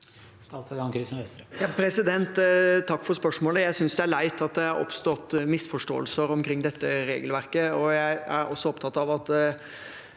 Takk for spørsmålet. Jeg synes det er leit at det har oppstått misforståelser omkring dette regelverket. Jeg er også opptatt av at